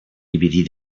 dividir